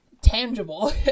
tangible